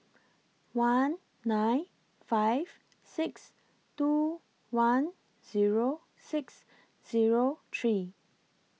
one nine five six two one Zero six Zero three